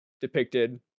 depicted